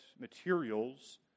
materials